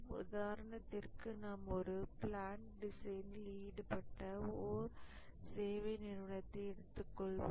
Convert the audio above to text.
உதாரணத்திற்கு நாம் ஒரு பிளான்ட் டிசைனில் ஈடுபட்ட ஓர் சேவை நிறுவனத்தை எடுத்துக் கொள்வோம்